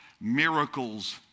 miracles